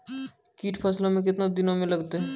कीट फसलों मे कितने दिनों मे लगते हैं?